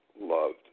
loved